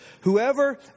whoever